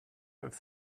have